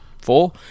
Four